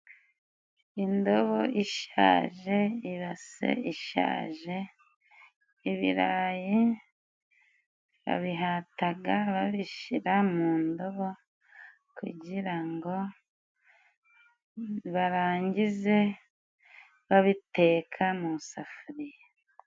Indobo ishaje, irase ishaje, ibirayi babihataga babishira mu ndobo kugira ngo barangize babiteka mu safuriya.